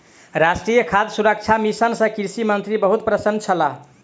राष्ट्रीय खाद्य सुरक्षा मिशन सँ कृषि मंत्री बहुत प्रसन्न छलाह